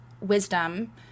wisdom